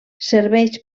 serveix